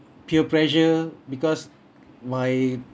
peer pressure because my